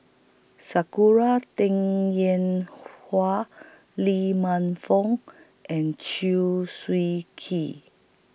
Sakura Teng Ying Hua Lee Man Fong and Chew Swee Kee